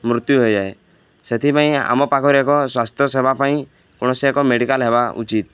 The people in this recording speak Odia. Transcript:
ମୃତ୍ୟୁ ହୋଇଯାଏ ସେଥିପାଇଁ ଆମ ପାଖରେ ଏକ ସ୍ୱାସ୍ଥ୍ୟ ସେବା ପାଇଁ କୌଣସି ଏକ ମେଡ଼ିକାଲ ହେବା ଉଚିତ